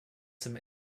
some